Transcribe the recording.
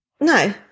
No